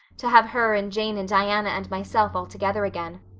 to have her and jane and diana and myself all together again.